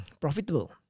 profitable